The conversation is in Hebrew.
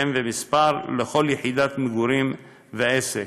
שם ומספר לכל יחידת מגורים ועסק.